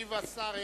ישיב השר הרצוג,